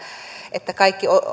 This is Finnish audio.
että kaikki